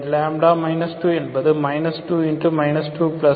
2 என்பது 2 21